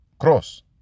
cross